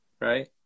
Right